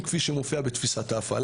כמובן בתיאום ובשיתוף שר הפנים.